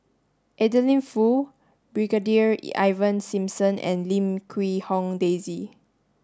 Adeline Foo Brigadier Ivan Simson and Lim Quee Hong Daisy